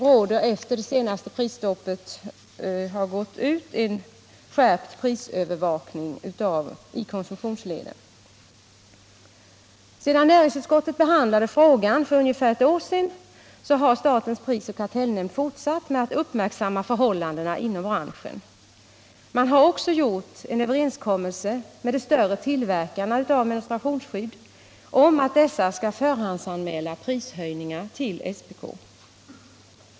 Sedan det senaste prisstoppet har gått ut råder en skärpt prisövervakning i konsumtionsledet. Efter det att näringsutskottet senast behandlade frågan för ungefär ett år sedan har stätens prisoch kartellnämnd fortsatt att uppmärksamma förhållandena inom branschen. Man har också träffat en överenskommelse med de större tillverkarna av menstruationsskydd om att dessa skall förhandsanmäla planerade prishöjningar till SPK.